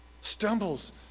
stumbles